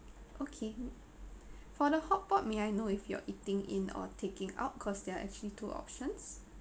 okay for the hotpot may I know if you're eating in or taking out cause there are actually two options